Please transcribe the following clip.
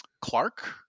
Clark